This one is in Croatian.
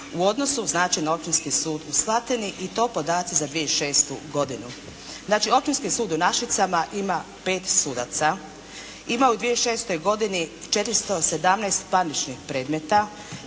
u odnosu znači na Općinski sud u Slatini i to podaci za 2006. godinu. Znači Općinski sud u Našicama ima pet sudaca. Ima u 2006. godini 417 parničnih predmeta